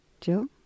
Jill